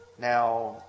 Now